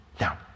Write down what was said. Now